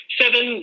seven